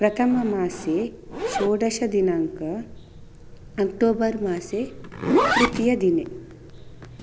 प्रथममासे षोडशदिनाङ्कः अक्टोबर् मासे तृतीयदिने